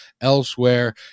elsewhere